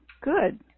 Good